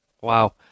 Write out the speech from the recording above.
wow